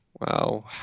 Wow